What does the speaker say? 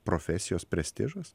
profesijos prestižas